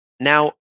Now